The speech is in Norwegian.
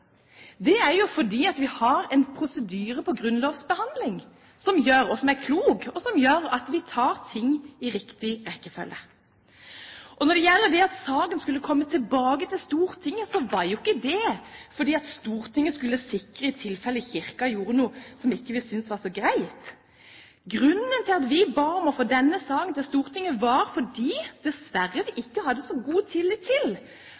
er at vi har en prosedyre med grunnlovsbehandling, som er klok, og som gjør at vi tar ting i riktig rekkefølge. Når det gjelder det at saken skulle komme tilbake til Stortinget, så var ikke det fordi Stortinget skulle sikre seg i tilfelle Kirken gjorde noe som vi ikke syntes var noe greit. Grunnen til at vi ba om å få denne saken til Stortinget, var at vi dessverre ikke hadde så stor tillit til